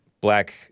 black